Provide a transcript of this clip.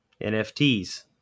NFTs